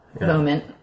moment